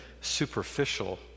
superficial